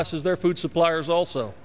us as their food suppliers also